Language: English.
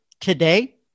Today